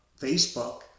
Facebook